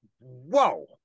Whoa